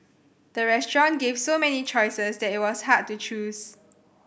the restaurant gave so many choices that it was hard to choose